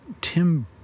Tim